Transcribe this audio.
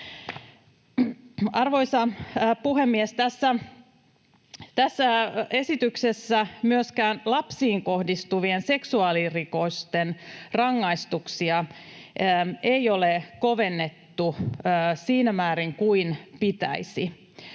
Arvoisa puhemies! Tässä esityksessä myöskään lapsiin kohdistuvien seksuaalirikosten rangaistuksia ei ole kovennettu siinä määrin kuin pitäisi.